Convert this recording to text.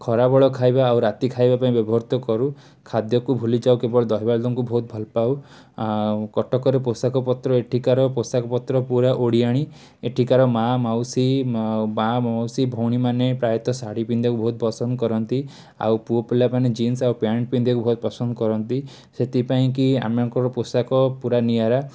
ଖରା ବେଳଖାଇବା ଆଉ ରାତି ଖାଇବା ପାଇଁ ବ୍ୟବହୃତ କରୁ ଖାଦ୍ୟକୁ ଭୁଲିଯାଉ କେବଳ ଦହିବରା ଆଳୁଦମକୁ ବହୁତ ଭଲପାଉ ଆଉ କଟକର ପୋଷାକପତ୍ର ଏଠିକାର ପୋଷାକପତ୍ର ପୂରା ଓଡ଼ିଆଣୀ ଏଠିକାର ମାଁ ମାଉସୀ ମାଁ ମାଉସୀ ଭଉଣୀମାନେ ପ୍ରାୟତଃ ଶାଢ଼ୀ ପିନ୍ଧିବାକୁ ବହୁତ ପସନ୍ଦ କରନ୍ତି ଆଉ ପୁଅପିଲାମାନେ ଜିନ୍ସ ଆଉ ପ୍ୟାଣ୍ଟ ପିନ୍ଧିବାକୁ ବହୁତ ପସନ୍ଦ କରନ୍ତି ସେଥିପାଇଁକି ଆମକର ପୋଷାକ ପୁରା ନିଆରା